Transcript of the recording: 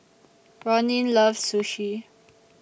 Ronin loves Sushi